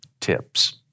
Tips